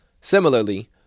Similarly